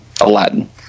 aladdin